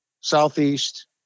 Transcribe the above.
southeast